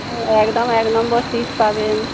হুঁ একদম এক নম্বর সীট পাবেন